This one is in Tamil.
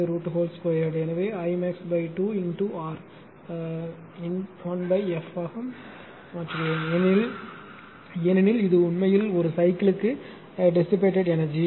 எனவே Imax 2 R பெருக்கல் 1 f ஆக மாற்றுகிறேன் ஏனெனில் இது உண்மையில் ஒரு சைக்கிள் க்கு டெசிபெட் எனர்ஜி